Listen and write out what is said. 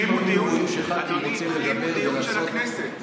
אדוני, החרימו דיון של הכנסת.